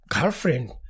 girlfriend